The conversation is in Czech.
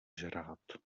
žrát